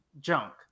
junk